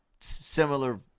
similar